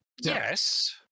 yes